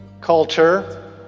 culture